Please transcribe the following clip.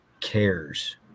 cares